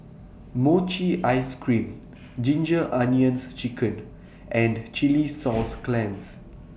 Mochi Ice Cream Ginger Onions Chicken and Chilli Sauce Clams